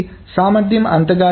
కాబట్టి సామర్థ్యం అంతగా లేదు